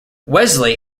wesley